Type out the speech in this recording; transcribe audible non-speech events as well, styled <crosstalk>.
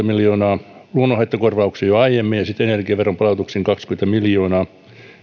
<unintelligible> miljoonaa luonnonhaittakorvauksiin jo aiemmin ja sitten energiaveron palautuksiin kaksikymmentä miljoonaa